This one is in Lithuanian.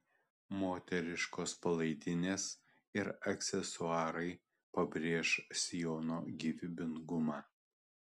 moteriškos palaidinės ir aksesuarai pabrėš sijono gyvybingumą